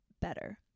better